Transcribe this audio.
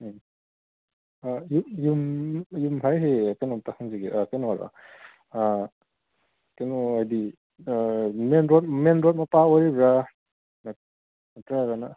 ꯎꯝ ꯌꯨꯝ ꯌꯨꯝ ꯈꯔ ꯍꯥꯏꯁꯦ ꯀꯩꯅꯣꯝꯇ ꯍꯪꯖꯒꯦ ꯀꯩꯅꯣꯗꯣ ꯀꯩꯅꯣ ꯍꯥꯏꯗꯤ ꯃꯦꯟ ꯔꯣꯗ ꯃꯦꯟ ꯔꯣꯗ ꯃꯄꯥ ꯑꯣꯏꯔꯤꯕ꯭ꯔꯥ ꯅꯠꯇ꯭ꯔꯒꯅ